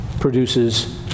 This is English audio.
produces